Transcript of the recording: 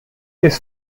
his